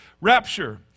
rapture